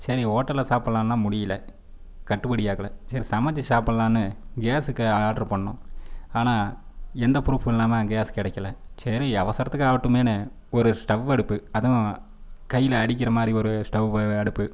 சரி ஓட்டல்ல சாப்புடல்லானா முடியல கட்டுப்படி ஆகல சரி சமைச்சி சாப்புடல்லானு கேஸுக்கு ஆர்டரு பண்ணோம் ஆனால் எந்த ப்ரூஃப் இல்லாமல் கேஸ் கெடைக்கல சரி அவசரத்துக்கு ஆகட்டுமேனு ஒரு ஸ்டவ் அடுப்பு அதுவும் கையில் அடிக்கிற மாதிரி ஒரு ஸ்டவ் அடுப்பு